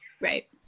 Right